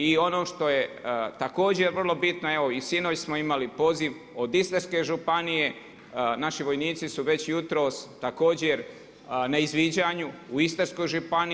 I ono što je također vrlo bitno, evo i sinoć smo imali poziv od Istarske županije, naši vojnici su već jutros također na izviđanju u Istarskoj županiji.